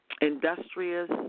industrious